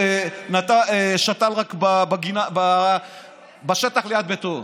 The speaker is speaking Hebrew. רק בשטח ליד ביתו.